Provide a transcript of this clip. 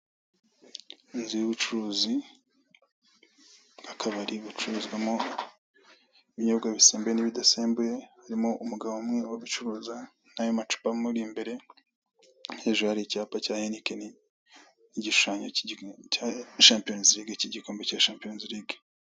Inzu y'ubucuruzi hakaba hari gucururizwamo ibinyobwa bisembuye n'ibidasembuye harimo umugabo umwe uri gucuruza n'ayo macupa amuri imbere, hejuru hari icyapa cya henikeni n'igishushanyo kiri ku gikuta cya shamiyonizilige k'igikombe cya shampiyonizilige.